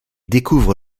découvre